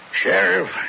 Sheriff